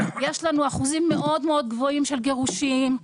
יש לנו אחוזים מאוד מאוד גבוהים של גירושים,